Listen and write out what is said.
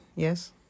Yes